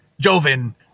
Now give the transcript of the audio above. Joven